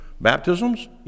baptisms